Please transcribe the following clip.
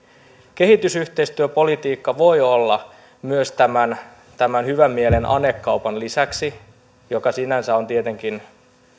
kehitysyhteistyöpolitiikka voi olla tämän tämän hyvän mielen anekaupan lisäksi joka sinänsä on tietenkin